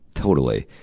totally.